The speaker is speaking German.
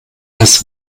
als